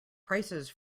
prices